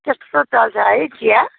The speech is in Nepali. त्यस्तो चल्छ है चिया